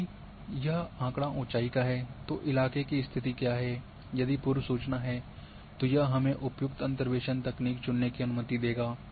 यदि यह आंकड़ा ऊंचाई का है तो इलाके की स्थिति क्या है यदि पूर्व सूचना है तो यह हमें उपयुक्त अंतर्वेसन तकनीक चुनने की अनुमति देगा